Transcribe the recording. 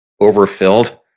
overfilled